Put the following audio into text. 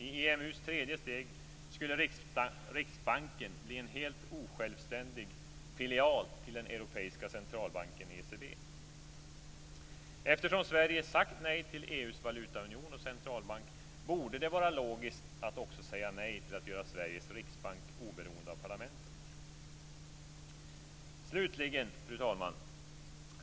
I EMU:s tredje steg, skulle Riksbanken bli en helt osjälvständig filial till den europeiska centralbanken, ECB. Eftersom Sverige sagt nej till EU:s valutaunion och centralbank borde det vara logiskt att också säga nej till att göra Sveriges riksbank oberoende av parlamentet. Slutligen, fru talman!